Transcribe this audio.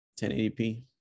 1080p